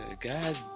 god